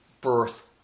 birth